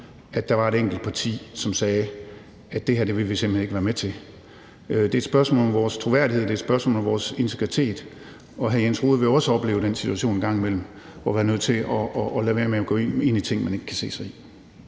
at der var et enkelt parti, som sagde: Det her vil vi simpelt hen ikke være med til. Det er et spørgsmål om vores troværdighed, det er et spørgsmål om vores integritet, og hr. Jens Rohde vil også en gang imellem komme i situationer, hvor han er nødt til at lade være med at gå med i ting, han ikke kan se sig